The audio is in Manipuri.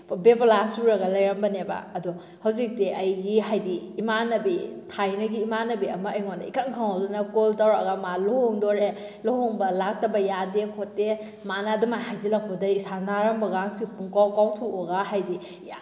ꯕꯦꯕꯂꯥ ꯆꯨꯔꯒ ꯂꯩꯔꯝꯕꯅꯦꯕ ꯑꯗꯣ ꯍꯧꯖꯤꯛꯇꯤ ꯑꯩꯒꯤ ꯍꯥꯏꯗꯤ ꯏꯃꯥꯟꯅꯕꯤ ꯊꯥꯏꯅꯒꯤ ꯏꯃꯥꯟꯅꯕꯤ ꯑꯃ ꯑꯩꯉꯣꯟꯗ ꯏꯈꯪ ꯈꯪꯍꯧꯗꯅ ꯀꯣꯜ ꯇꯧꯔꯛꯑꯒ ꯃꯥ ꯂꯨꯍꯣꯡꯗꯣꯔꯦ ꯂꯨꯍꯣꯡꯕ ꯂꯥꯛꯇꯕ ꯌꯥꯗꯦ ꯈꯣꯠꯇꯦ ꯃꯥꯅ ꯑꯗꯨꯃꯥꯏꯅ ꯍꯥꯏꯖꯤꯜꯂꯛꯄꯗꯒꯤ ꯏꯁꯥ ꯅꯥꯔꯝꯕꯀꯁꯦ ꯄꯨꯡꯀꯥꯎ ꯀꯥꯎꯊꯣꯛꯑꯒ ꯍꯥꯏꯕꯗꯤ